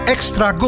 Extra